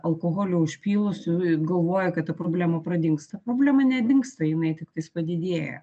alkoholio užpylusių galvoja kad ta problema pradingsta problema nedingsta jinai tiktais padidėja